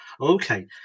Okay